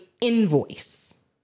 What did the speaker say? invoice